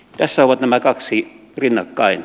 tässä ovat nämä kaksi rinnakkain